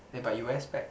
eh but you wear specs